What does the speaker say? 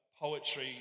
poetry